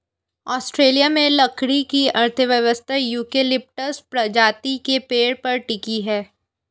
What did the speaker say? Australia में लकड़ी की अर्थव्यवस्था यूकेलिप्टस प्रजाति के पेड़ पर टिकी है